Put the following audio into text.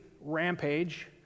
rampage